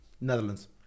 Netherlands